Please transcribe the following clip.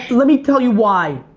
let me tell you why.